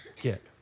get